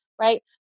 Right